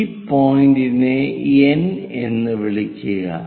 ഈ പോയിന്റിനെ N എന്ന് വിളിക്കുക